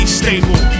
stable